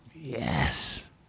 Yes